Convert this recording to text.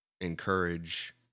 encourage